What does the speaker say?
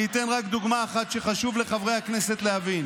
אני אתן רק דוגמה אחת שחשוב לחברי הכנסת להבין.